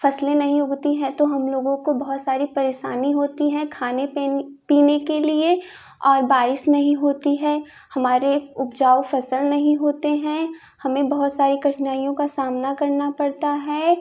फसलें नहीं उगती है तो हम लोगों को बहुत सारी परेशनी होती है खाने पी पीने के लिए और बारिश नहीं होती है हमारे उपजाऊ फसल नहीं होते हैं हमें बहुत सारी कठिनाइयों का सामना करना पड़ता है